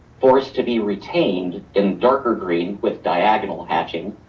forest to be retained in darker green with diagonal hatching,